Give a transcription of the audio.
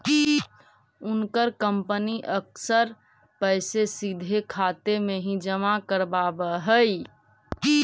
उनकर कंपनी अक्सर पैसे सीधा खाते में ही जमा करवाव हई